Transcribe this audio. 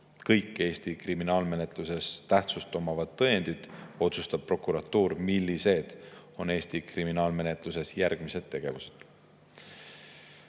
kõik Eesti kriminaalmenetluses tähtsust omavad tõendid, otsustab prokuratuur, millised on Eesti kriminaalmenetluses järgmised tegevused.